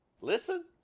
Listen